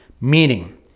Meaning